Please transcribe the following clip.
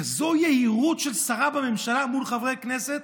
כזאת יהירות של שרה בממשלה מול חברי כנסת,